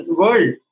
world